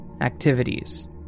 activities